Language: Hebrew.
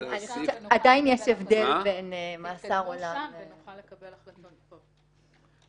עדיין יש הבדל בין מאסר עולם --- תתקדמו שם ונוכל לקבל החלטות פה.